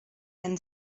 ens